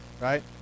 right